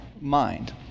mind